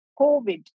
COVID